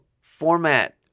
format